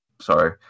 Sorry